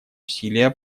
усилия